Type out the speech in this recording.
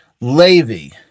Levy